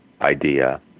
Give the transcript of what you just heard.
idea